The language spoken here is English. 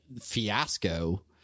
fiasco